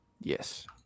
Yes